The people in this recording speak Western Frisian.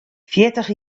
fjirtich